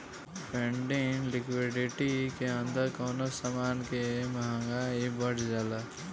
funding liquidity के अंदर कवनो समान के महंगाई बढ़ जाला